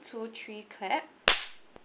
two three clap